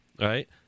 right